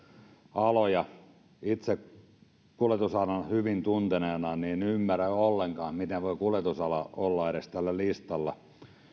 aloja itse kuljetusalan hyvin tuntevana en ymmärrä ollenkaan miten voi kuljetusala olla edes tällä listalla